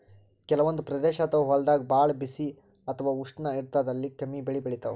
ಕೆಲವಂದ್ ಪ್ರದೇಶ್ ಅಥವಾ ಹೊಲ್ದಾಗ ಭಾಳ್ ಬಿಸಿ ಅಥವಾ ಉಷ್ಣ ಇರ್ತದ್ ಅಲ್ಲಿ ಕಮ್ಮಿ ಬೆಳಿ ಬೆಳಿತಾವ್